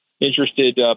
interested